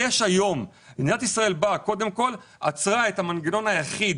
מדינת ישראל באה ועצרה את המנגנון היחיד